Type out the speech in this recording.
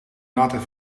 laten